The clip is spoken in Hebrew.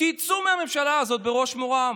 תצאו מהממשלה בראש מורם.